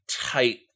tight